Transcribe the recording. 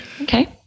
Okay